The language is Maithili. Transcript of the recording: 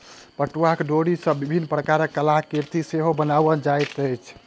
पटुआक डोरी सॅ विभिन्न प्रकारक कलाकृति सेहो बनाओल जाइत अछि